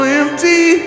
empty